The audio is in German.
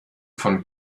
von